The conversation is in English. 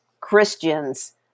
Christians